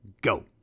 go